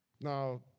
now